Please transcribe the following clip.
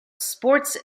sports